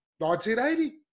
1980